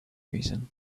reason